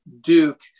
Duke